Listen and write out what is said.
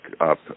up